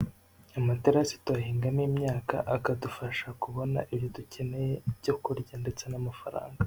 Amaterasi tuyahingamo imyaka akadufasha kubona ibyo dukeneye, ibyo kurya ndetse n'amafaranga.